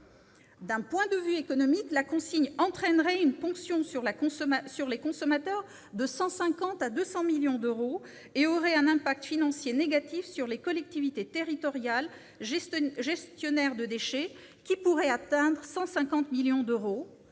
D'un point de vue économique, la consigne entraînerait une ponction sur les consommateurs de 150 à 200 millions d'euros et aurait un impact financier négatif sur les collectivités territoriales gestionnaires de déchets, qui pourrait atteindre 150 millions d'euros,